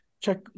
check